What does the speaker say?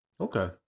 Okay